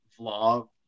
vlog